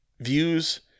views